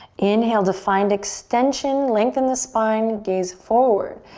inhale to find extension. lengthen the spine, gaze forward.